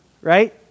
right